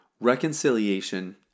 Reconciliation